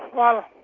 well,